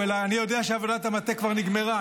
אני יודע שעבודת המטה כבר נגמרה.